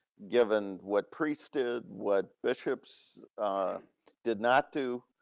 given what priest did, what bishops did not do?